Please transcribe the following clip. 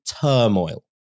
turmoil